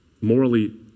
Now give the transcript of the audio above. morally